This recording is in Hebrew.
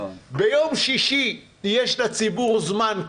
ביום שישי יש לציבור זמן,